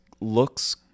looks